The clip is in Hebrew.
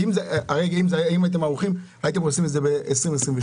הרי אם היינו ערוכים הייתם עושים את זה ב-2022.